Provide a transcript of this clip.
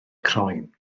croen